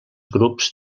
grups